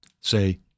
say